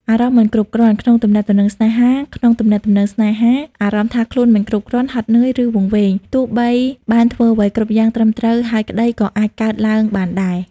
អារម្មណ៍មិនគ្រប់គ្រាន់ ក្នុងទំនាក់ទំនងស្នេហាក្នុងទំនាក់ទំនងស្នេហា អារម្មណ៍ថាខ្លួនមិនគ្រប់គ្រាន់ ហត់នឿយ ឬវង្វេង ទោះបីបានធ្វើអ្វីគ្រប់យ៉ាងត្រឹមត្រូវហើយក្តី ក៏អាចកើតឡើងបានដែរ